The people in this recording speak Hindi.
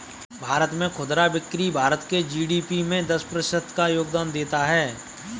भारत में खुदरा बिक्री भारत के जी.डी.पी में दस प्रतिशत का योगदान देता है